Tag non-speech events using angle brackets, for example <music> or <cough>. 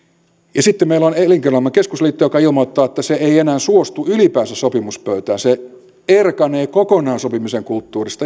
sitten meillä on elinkeinoelämän keskusliitto joka ilmoittaa että se ei enää suostu ylipäänsä sopimuspöytään se erkanee kokonaan sopimisen kulttuurista <unintelligible>